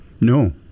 No